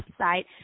website